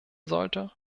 sollte